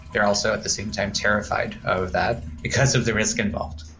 they're also at the same time terrified of that because of the risk involved.